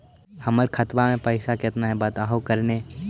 हमर खतवा में पैसा कितना हकाई बताहो करने?